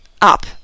up